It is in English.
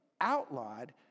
outlawed